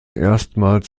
erstmals